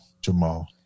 Jamal